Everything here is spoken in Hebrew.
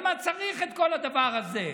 על מה צריך את כל הדבר הזה?